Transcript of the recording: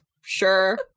sure